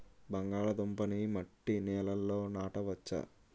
బంగాళదుంప నీ మట్టి నేలల్లో నాట వచ్చా?